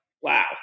wow